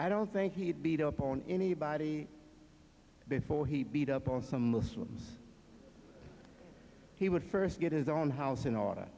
i don't think he'd beat up on anybody before he beat up on some muslims he would first get his own house in